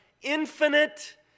infinite